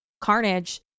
carnage